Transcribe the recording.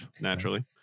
naturally